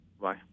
Bye